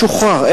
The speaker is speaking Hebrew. שוחרר,